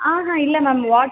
ஆஹான் இல்லை மேம்